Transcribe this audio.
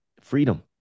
freedom